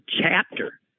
chapter